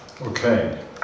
Okay